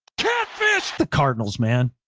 the cardinals man,